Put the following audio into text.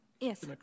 Yes